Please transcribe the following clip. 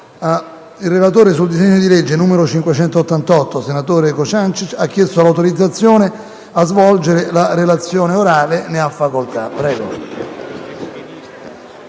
Il relatore sul disegno di legge n. 588, senatore Cociancich, ha chiesto l'autorizzazione a svolgere la relazione orale. Non facendosi